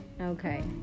Okay